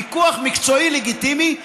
ויכוח מקצועי לגיטימי,